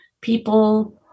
people